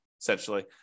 essentially